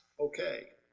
okay.